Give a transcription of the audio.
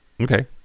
Okay